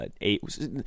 eight